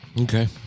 Okay